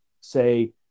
say